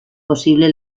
posible